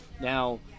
Now